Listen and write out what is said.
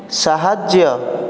ସାହାଯ୍ୟ